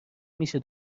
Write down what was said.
میشه